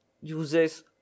uses